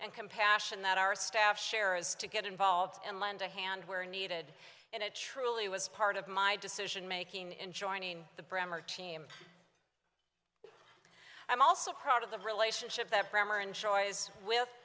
and compassion that our staff share is to get involved and lend a hand where needed and it truly was part of my decision making in joining the bremmer team i'm also proud of the relationship that